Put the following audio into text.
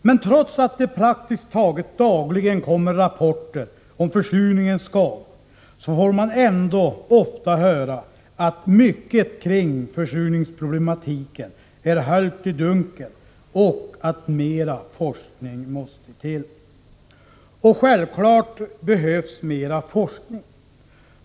Men trots att det praktiskt taget dagligen kommer rapporter om försurningssskador, får man ändå ofta höra att mycket kring försurningsproblematiken är höljt i dunkel och att mera forskning måste till. Självklart behövs också mera forskning.